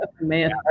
man